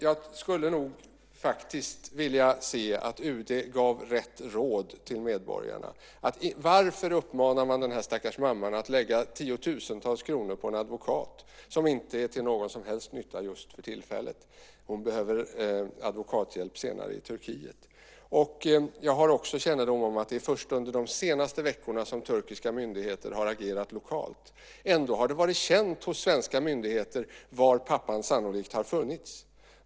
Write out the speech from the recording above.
Jag skulle vilja se att UD gav rätt råd till medborgarna. Varför uppmanar man den här stackars mamman att lägga tiotusentals kronor på en advokat som inte är till någon som helst nytta just för tillfället? Hon behöver advokathjälp senare i Turkiet. Jag har också kännedom om att det är först under de senaste veckorna som turkiska myndigheter har agerat lokalt. Ändå har det varit känt hos svenska myndigheter var pappan sannolikt har funnits.